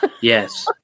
Yes